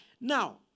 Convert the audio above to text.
Now